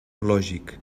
lògic